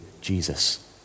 Jesus